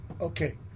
Okay